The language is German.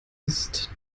ist